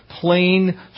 Plain